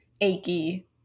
achy